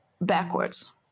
backwards